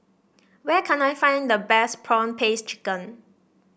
where can I find the best prawn paste chicken